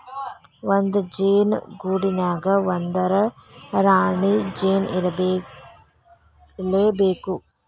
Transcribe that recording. ಒಂದ ಜೇನ ಗೂಡಿನ್ಯಾಗ ಒಂದರ ರಾಣಿ ಜೇನ ಇರಲೇಬೇಕ